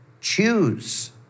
choose